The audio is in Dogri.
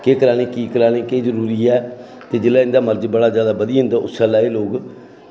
केह् करानी की करानी मजबूरी ऐ ते जेल्लै उं'दा एह् मर्ज जैदा बधी जंदा उसलै एह् लोग